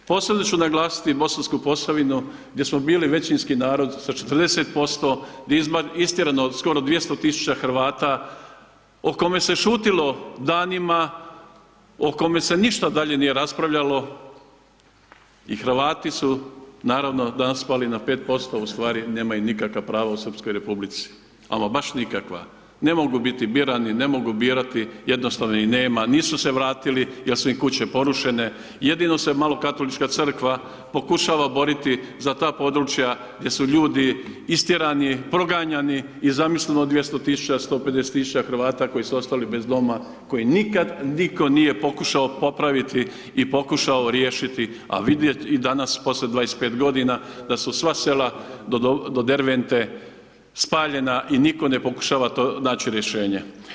Posebno ću naglasiti Bosansku Posavinu gdje smo bili većinski narod sa 40% istjeranog, skoro 200 000 Hrvata o kome se šutilo danima, o kome se ništa dalje nije raspravljalo i Hrvati su, naravno, danas spali na 5%, ustvari nemaju nikakva prava u Srpskoj Republici, ama baš nikakva, ne mogu biti birani, ne mogu birati, jednostavno ih nema, nisu se vratili jel su im kuće porušene, jedino se malo katolička Crkva pokušava boriti za ta područja gdje su ljudi istjerani, proganjani i zamislimo 200 000, 150 000 Hrvata koji su ostali bez doma koji nikad nitko nije pokušao popraviti i pokušao riješiti, a vidjeti i danas poslije 25 godina da su sva sela do Dervente spaljena i nitko ne pokušava tu naći rješenje.